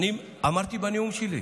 אמרתי בנאום שלי: